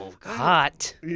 hot